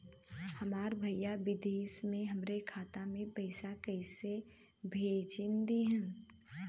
हमार भईया विदेश से हमारे खाता में पैसा कैसे भेजिह्न्न?